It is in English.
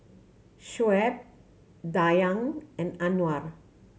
Shoaib Dayang and Anuar